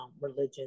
Religion